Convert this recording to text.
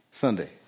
Sunday